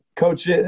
Coach